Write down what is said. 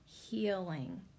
healing